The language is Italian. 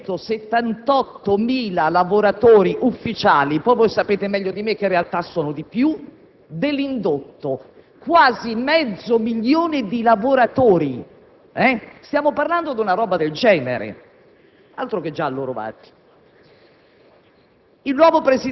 del futuro degli 85.000 lavoratori della Telecom e dei 378.000 lavoratori ufficiali - voi sapete meglio di me che in realtà sono di più - dell'indotto. Quasi mezzo milione di lavoratori: